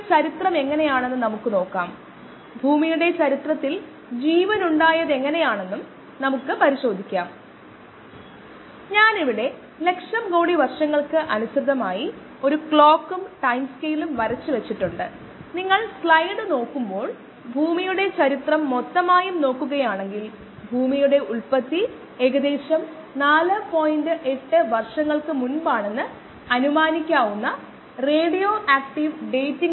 ശുദ്ധമായ സ്ലേറ്റ് നേടുന്നതിനുള്ള മാർഗ്ഗങ്ങൾ ഒന്നുകിൽ ഉയർന്ന താപനിലയിലൂടെയോ രാസവസ്തുക്കളിലൂടെയോ നീരാവിയിലൂടെയോ യുവി ഗാമ പോലുള്ള വികിരണങ്ങളിലൂടെയോ ആണ് ഇത് ബയോ റിയാക്ടറിൽ ഉള്ള എല്ലാ ജീവികളെയും കൊല്ലുകയും പിന്നീട് നമുക്ക് ശുദ്ധമായ സ്ലേറ്റ് നൽകുകയും ചെയ്യുന്നു തുടർന്ന് നമുക്ക് താൽപ്പര്യമുള്ള ജീവികളെ നമ്മൾ അതിൽ ഇറക്കുന്നു അത് വളരുന്നു വർദ്ധിക്കുന്നു നമ്മുടെ താൽപ്പര്യത്തിന് അനുസരിച്ച ഉൽപ്പന്നം ഉൽപാദിപ്പിക്കുന്നു